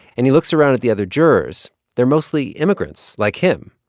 and he looks around at the other jurors. they're mostly immigrants like him.